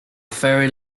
very